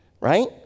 right